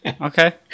Okay